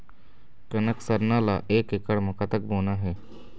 कनक सरना ला एक एकड़ म कतक बोना हे?